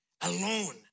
alone